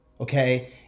Okay